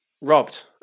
Robbed